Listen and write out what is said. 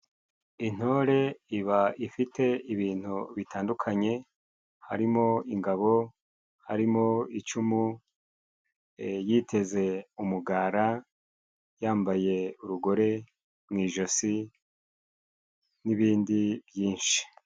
Intore iba ifite ibintu bitandukanye harimo ingabo, harimo icumu, yiteze umugara, yambaye urugori mu ijosi n'ibindi byinshi.